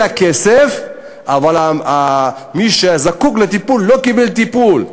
את הכסף אבל מי שהיה זקוק לטיפול לא קיבל טיפול.